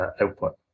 output